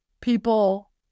people